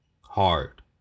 hard